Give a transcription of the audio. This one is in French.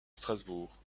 strasbourg